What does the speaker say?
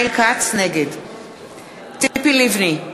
נגד ציפי לבני,